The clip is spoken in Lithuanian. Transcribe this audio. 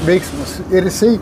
veiksmas ir jisai